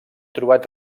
trobat